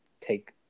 take